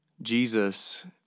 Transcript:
Jesus